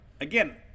Again